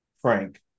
Frank